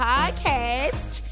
Podcast